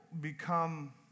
become